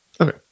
Okay